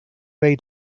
ray